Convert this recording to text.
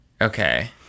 Okay